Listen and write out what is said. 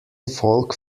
folk